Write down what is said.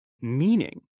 meaning